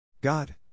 God